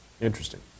Interesting